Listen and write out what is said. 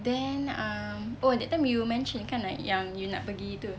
then um oh that time you mentioned kan ah yang you nak pergi tu